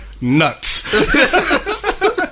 Nuts